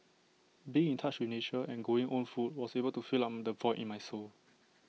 being in touch with nature and growing own food was able to fill up the void in my soul